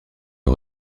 rez